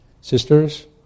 Sisters